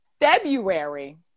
february